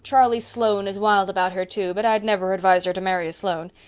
charlie sloane is wild about her, too, but i'd never advise her to marry a sloane.